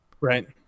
Right